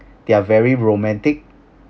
they're very romantic